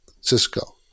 Cisco